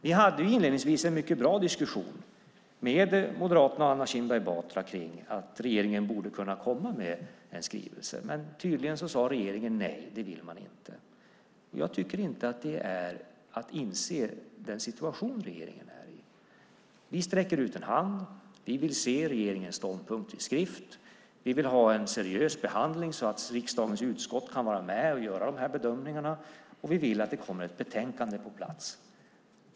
Vi hade inledningsvis en mycket bra diskussion med Moderaterna och Anna Kinberg Batra kring att regeringen borde kunna komma med en skrivelse. Men tydligen sade regeringen nej - man ville inte. Jag tycker inte att det är att inse vilken situation regeringen är i. Vi sträcker ut en hand. Vi vill se regeringens ståndpunkt i skrift. Vi vill ha en seriös behandling, så att riksdagens utskott kan vara med och göra bedömningarna. Vi vill att det kommer ett betänkande på plats.